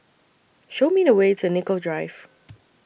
Show Me The Way to Nicoll Drive